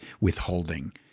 withholding